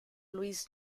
luis